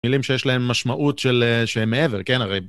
מילים שיש להן משמעות של אה.. שהן מעבר, כן, הרי...